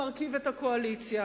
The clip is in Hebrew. מרכיב את הקואליציה,